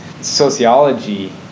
sociology